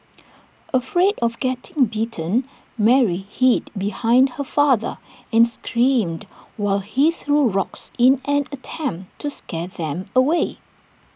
afraid of getting bitten Mary hid behind her father and screamed while he threw rocks in an attempt to scare them away